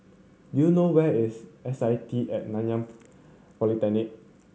do you know where is S I T and Nanyang Polytechnic